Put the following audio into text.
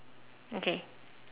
okay